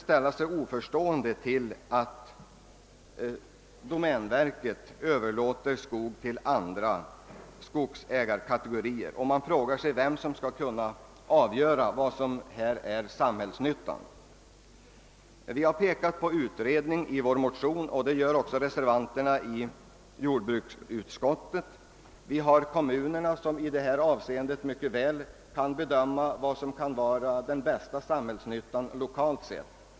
Man kan då fråga sig vem som bör avgöra vad som är att anse som sam hällsnytta. Vi har i vår motion föreslagit att dessa frågor bör prövas av en utredning, och det föreslår också reservanterna i jordbruksutskottet. Vidare bör kommunerna vara väl skickade att bedöma vad som kan vara den bästa samhällsnyttan lokalt sett.